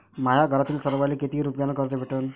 माह्या घरातील सर्वाले किती रुप्यान कर्ज भेटन?